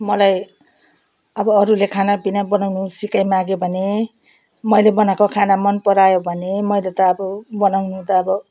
मलाई अब अरूले खानापिना बनाउनु सिकाइ माग्यो भने मैले बनाएको खाना मन परायो भने मैले त अब बनाउनु त अब